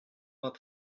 vingt